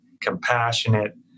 compassionate